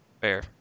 Fair